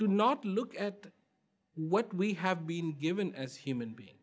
to not look at what we have been given as human beings